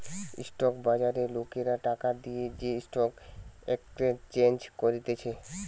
stock বাজারে লোকরা টাকা দিয়ে যে স্টক এক্সচেঞ্জ করতিছে